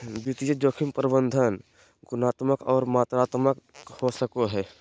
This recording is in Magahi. वित्तीय जोखिम प्रबंधन गुणात्मक आर मात्रात्मक हो सको हय